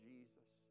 Jesus